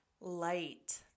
Light